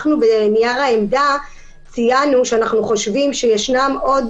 בנייר העמדה ציינו שאנחנו חושבים שישנם עוד